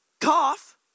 cough